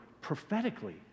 prophetically